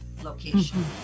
location